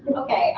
okay